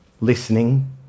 listening